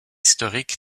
historique